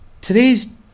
Today's